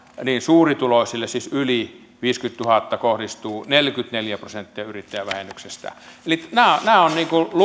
niin suurituloisille siis yli viisikymmentätuhatta euroa kohdistuu neljäkymmentäneljä prosenttia yrittäjävähennyksestä eli nämä ovat